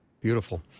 Beautiful